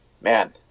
Man